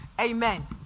amen